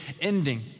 ending